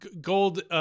gold